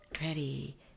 Ready